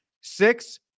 six